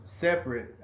separate